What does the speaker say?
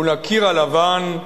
מול הקיר הלבן,